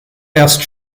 erst